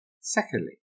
Secondly